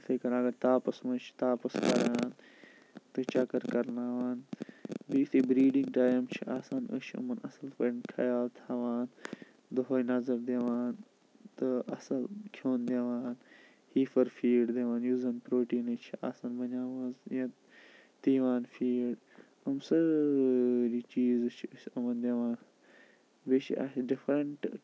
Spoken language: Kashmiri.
یِتھَے کَنۍ اَگر تاپس منٛز چھِ تاپَس کَڑان تہٕ چَکَر کَرنَاوان بیٚیِہ یِتھُے بریٖڈِنگ ٹایِم چھِ آسان ٲسۍ چھِ یِمَن اَصٕل پٲٹھۍ خَیال تھاوان دۄہے نظر دِوان تہٕ اَصٕل کھیٚون دِوان ہیٖفَر فیٖڈ دِوان یُس زَن پروٹیٖنٕچ چھِ آسان بَنیامٕژ یا تیٖوان فیٖڈ یِم سٲری چیٖز چھِ ٲسۍ یِمَن دِوان بیٚیہِ چھِ اَسہِ ڈفرَنٛٹ